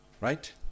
right